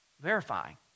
verifying